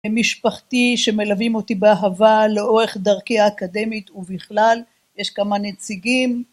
הם משפחתי שמלווים אותי באהבה לאורך דרכי האקדמית ובכלל, יש כמה נציגים.